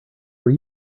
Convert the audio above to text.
were